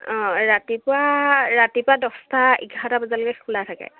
অঁ ৰাতিপুৱা ৰাতিপুৱা দছটা এঘাৰটা বজালৈকে খোলা থাকে